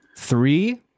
Three